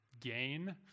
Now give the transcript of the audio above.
gain